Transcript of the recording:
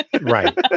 Right